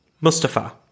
Mustafa